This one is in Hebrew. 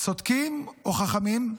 צודקים או חכמים?